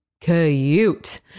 cute